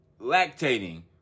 lactating